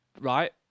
Right